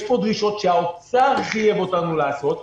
יש פה דרישות שהאוצר חייב אותנו לעשות.